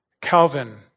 Calvin